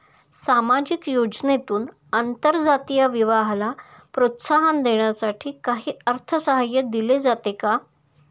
सामाजिक योजनेतून आंतरजातीय विवाहाला प्रोत्साहन देण्यासाठी काही अर्थसहाय्य दिले जाते का?